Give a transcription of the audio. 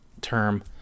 term